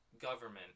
government